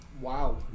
Wow